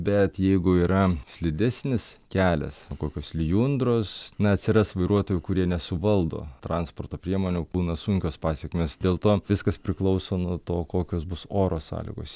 bet jeigu yra slidesnis kelias kokios lijundros na atsiras vairuotojų kurie nesuvaldo transporto priemonių būna sunkios pasekmės dėl to viskas priklauso nuo to kokios bus oro sąlygos